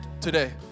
today